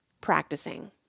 practicing